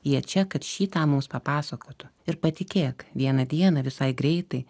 jie čia kad šį tą mums papasakotų ir patikėk vieną dieną visai greitai